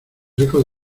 ecos